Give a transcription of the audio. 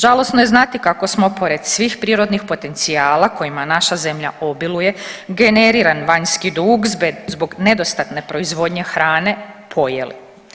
Žalosno je znati kako smo pored svih prirodnih potencijala kojima naša zemlja obiluje generiran vanjski dug zbog nedostatne proizvodnje hrane pojeli.